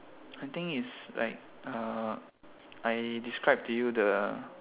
I think it's like uh I describe to you the